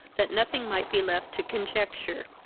that nothing might be left to conjecture.